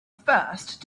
first